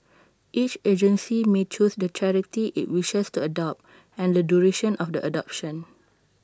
each agency may choose the charity IT wishes to adopt and the duration of the adoption